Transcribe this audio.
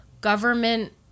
government